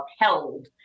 upheld